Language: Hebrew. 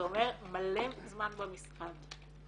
זה אומר מלא זמן במשרד.